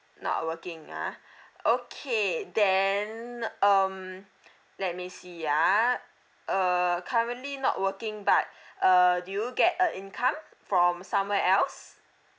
not working ah okay then um let me see ah uh currently not working but uh do you get a income from somewhere else